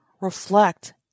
reflect